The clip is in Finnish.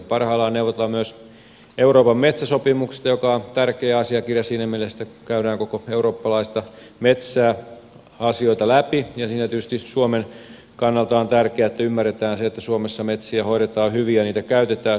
parhaillaan neuvotellaan myös euroopan metsäsopimuksesta joka on tärkeä asiakirja siinä mielessä että käydään koko eurooppalaista metsää asioita läpi ja siinä tietysti suomen kannalta on tärkeää että ymmärretään se että suomessa metsiä hoidetaan hyvin ja niitä käytetään hyvin